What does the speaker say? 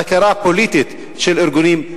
חקירה פוליטית של ארגונים.